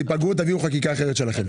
תיפגעו, ותביאו חקיקה אחרת שלכם.